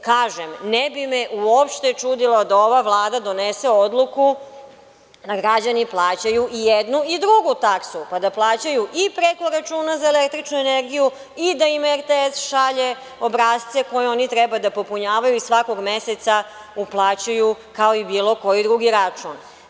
Kažem, ne bi uopšte čudilo da ova Vlada donese odluku da građani plaćaju i jednu i drugu taksu, pa da plaćaju i preko računa za električnu energiju i da im RTS šalje obrasce koje oni trebaju da popunjavaju svakog meseca, uplaćuju kao i bilo koji drugi račun.